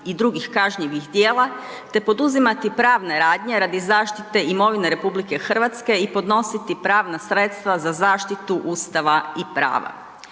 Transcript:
i drugih kažnjivih dijela te poduzimati pravne radnje radi zaštite imovine RH i podnositi pravna sredstva za zaštitu Ustava i prava.